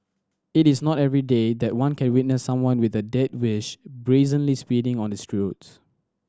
it is not everyday that one can witness someone with a death wish brazenly speeding on the roads